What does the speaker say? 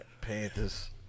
Panthers